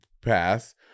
pass